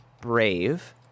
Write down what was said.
brave